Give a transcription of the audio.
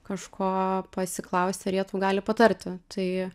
kažko pasiklaust ar jie tau gali patarti tai